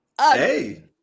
Hey